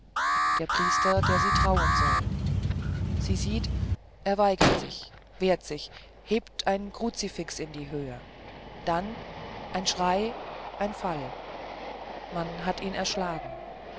der priester der sie trauen soll sie sieht er weigert sich wehrt sich hebt ein kruzifix in die höhe dann ein schrei ein fall man hat ihn erschlagen